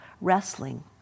wrestling